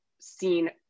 seen